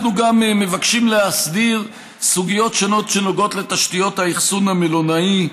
אנחנו גם מבקשים להסדיר סוגיות שונות שנוגעות לתשתיות האכסון המלונאי,